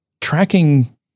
Tracking